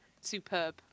superb